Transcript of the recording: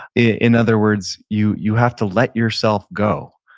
in other words, you you have to let yourself go.